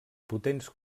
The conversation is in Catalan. potents